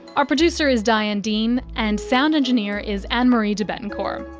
our producer is diane dean, and sound engineer is ann-marie debettencor.